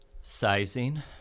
sizing